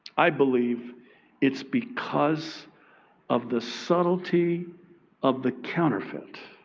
i believe it's because of the subtlety of the counterfeit.